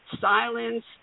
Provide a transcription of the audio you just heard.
silence